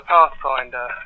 Pathfinder